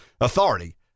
authority